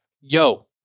Yo